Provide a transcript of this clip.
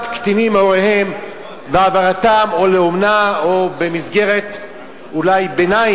קטינים מהוריהם ולהעברתם או לאומנה או במסגרת ביניים,